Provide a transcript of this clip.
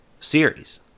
series